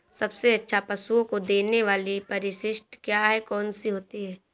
सबसे अच्छा पशुओं को देने वाली परिशिष्ट क्या है? कौन सी होती है?